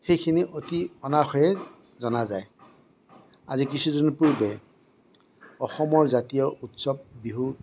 সেইখিনি অতি অনাসয়ে জনা যায় আজি কিছুদিনৰ পূৰ্বে অসমৰ জাতীয় উৎসৱ বিহু